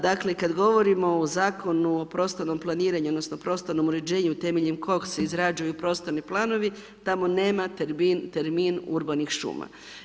Dakle kada govorimo o Zakonu o prostornom planiranju, odnosno prostornom uređenju temeljem koga se izrađuju prostorni planovi, tamo nema termin urbanih šuma.